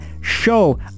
show